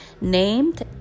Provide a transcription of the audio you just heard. named